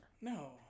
No